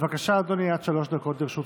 בבקשה, אדוני, עד שלוש דקות לרשותך.